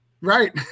right